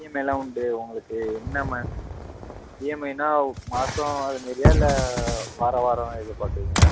இஎம்ஐயெலாம் உண்டு உங்களுக்கு என்னமா இஎம்ஐனால் மாதம் வர மாதிரியா இல்லை வாரம் வாரம் இது பார்க்குறீங்களா